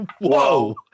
Whoa